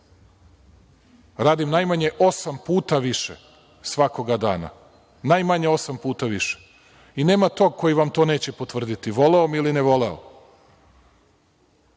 Radim najmanje osam puta više svakoga dana, najmanje osam puta više i nema tog koji vam to neće potvrditi, voleo me ili ne voleo.